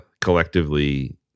collectively